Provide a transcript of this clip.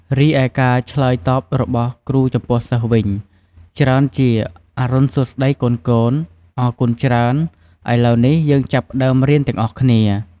រីឯការឆ្លើយតបរបស់គ្រូចំពោះសិស្សវិញ ច្រើនជា អរុណសួស្ដីកូនៗ អរគុណច្រើន ឥឡូវនេះ យើងចាប់ផ្ដើមរៀនទាំងអស់គ្នា។